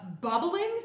bubbling